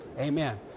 Amen